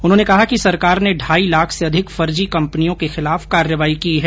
उन्होंने कहा कि सरकार ने ढाई लाख से अधिक फर्जी कम्पनियों के खिलाफ कार्रवाई की है